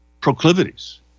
proclivities